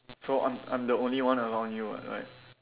so I'm I'm the only one around you [what] right